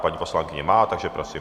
Paní poslankyně má, takže prosím...